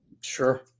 Sure